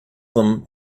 them